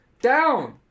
Down